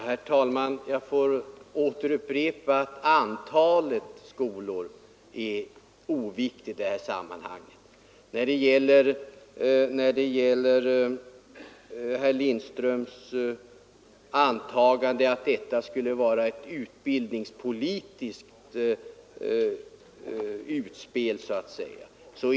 Herr talman! Jag upprepar att antalet skolor är oviktigt i detta sammanhang. Herr Lindström antar att detta skulle vara ett utbildningspolitiskt utspel från motionärernas sida.